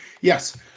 Yes